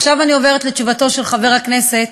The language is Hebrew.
עכשיו אני עוברת לתשובתו של חבר הכנסת